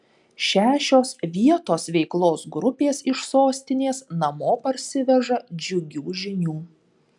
šešios vietos veiklos grupės iš sostinės namo parsiveža džiugių žinių